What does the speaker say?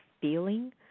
feeling